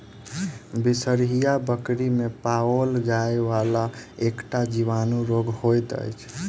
बिसरहिया बकरी मे पाओल जाइ वला एकटा जीवाणु रोग होइत अछि